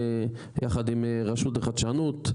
יחד עם רשות החדשנות,